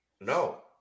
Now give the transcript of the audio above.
No